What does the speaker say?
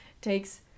takes